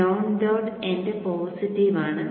non dot and positive ആണ്